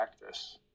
practice